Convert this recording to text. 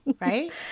Right